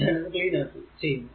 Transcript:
ഞാൻ ഇത് ക്ലീൻ ചെയ്യുന്നു